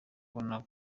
kubona